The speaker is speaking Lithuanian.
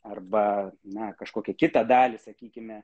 arba ne kažkokią kitą dalį sakykime